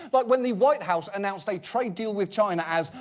but when the white house announced a trade deal with china as,